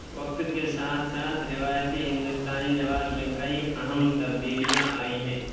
وقت کے ساتھ ساتھ روایتی ہندوستانی لباس میں کئی اہم تبدیلیاں آئی ہیں